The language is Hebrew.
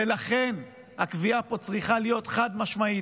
ולכן הקביעה פה צריכה להיות חד-משמעית,